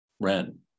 Ren